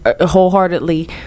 wholeheartedly